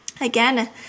again